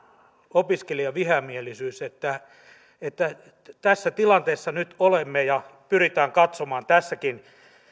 opiskelijavihamielisyys tässä tilanteessa nyt olemme ja pyrimme katsomaan tässäkin